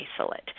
isolate